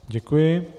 Děkuji.